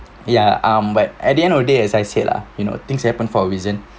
ya um but at the end of the day as I said lah you know things happen for a reason